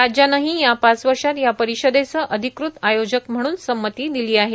राज्यानेही या पाच वर्षात या परिषदेचे अधिकृत आयोजक म्हणून संमती दिली आहे